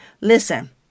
Listen